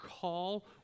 call